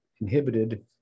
inhibited